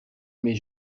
mes